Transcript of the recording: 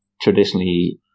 traditionally